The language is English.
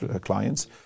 clients